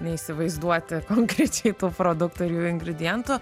neįsivaizduoti konkrečiai tų produktų ir jų ingredientų